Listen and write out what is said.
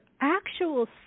actual